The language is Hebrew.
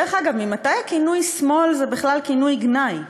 דרך אגב, ממתי הכינוי "שמאל" הוא כינוי גנאי?